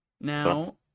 Now